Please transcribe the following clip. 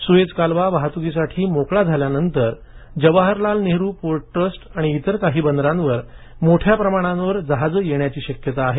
Suez कालवा वाहतुकीसाठी मोकळा झाल्यानंतर जवाहरलाल नेहरू पोर्ट ट्रस्ट आणि इतर काही बंदरांवर मोठ्या प्रमाणावर जहाजे येण्याची शक्यता आहे